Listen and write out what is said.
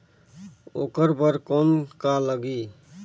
ओकर बर कौन का लगी?